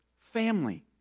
family